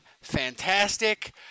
fantastic